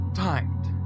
timed